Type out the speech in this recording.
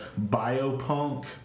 biopunk